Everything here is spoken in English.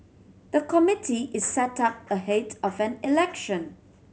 the committee is set up ahead of an election